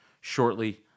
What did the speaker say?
shortly